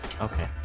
Okay